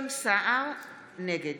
נגד